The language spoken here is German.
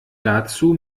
dazu